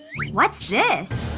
what's this?